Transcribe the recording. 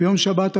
ביום שבת,